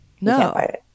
no